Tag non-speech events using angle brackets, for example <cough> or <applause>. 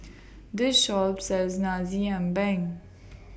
<noise> This Shop sells Nasi Ambeng <noise>